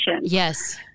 Yes